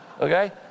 okay